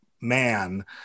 man